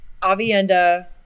Avienda